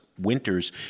Winter's